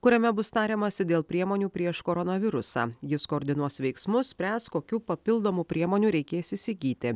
kuriame bus tariamasi dėl priemonių prieš koronavirusą jis koordinuos veiksmus spręs kokių papildomų priemonių reikės įsigyti